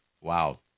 Wow